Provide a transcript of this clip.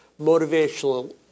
motivational